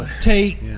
take